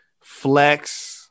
Flex